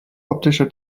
optische